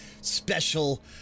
special